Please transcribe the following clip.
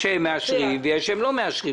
יש שהם מאשרים ויש שהם לא מאשרים.